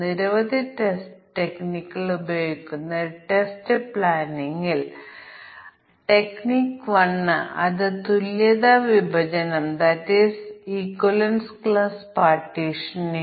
അതിനാൽ ഞങ്ങൾക്ക് ഈ ഫംഗ്ഷൻ ഉണ്ട് അത് മൂന്ന് പരാമീറ്ററുകൾ എടുക്കുന്നു a b c അത് ഫ്ലോട്ടിംഗ് പോയിന്റ് നമ്പറുകളാകാം തുടർന്ന് ഈ സമവാക്യത്തിന്റെ പരിഹാരം ഒരു x square plus b x plus C പ്രദർശിപ്പിക്കുന്നു